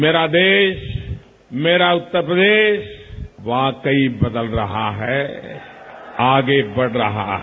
मेरा देश मेरा उत्तर प्रदेश वाकई बदल रहा है आगे बढ़ रहा है